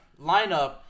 lineup